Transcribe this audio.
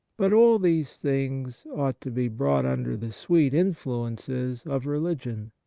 but all these things ought to be brought under the sweet influences of religion.